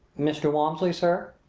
mr. walmsley, sir,